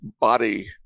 body